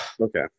Okay